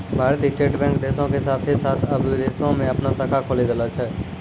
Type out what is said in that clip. भारतीय State Bank देशो के साथे साथ अबै विदेशो मे अपनो शाखा खोलि देले छै